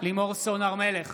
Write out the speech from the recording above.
לימור סון הר מלך,